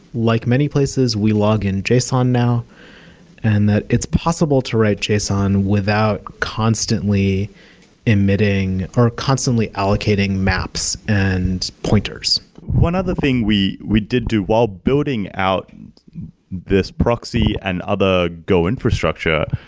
like many places, we log in json now and that it's possible to write json without constantly emitting or constantly allocating maps and pointers. one other thing we we did do while building out this proxy and other go infrastructure,